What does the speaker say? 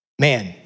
Man